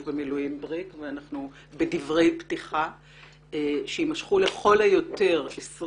במילואים יצחק בריק בדברי פתיחה שימשכו לכל היותר 20